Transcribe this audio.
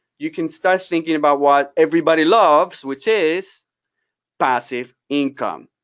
you can start thinking about what everybody loves which is passive income.